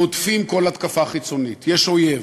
והודפים כל התקפה חיצונית, יש אויב,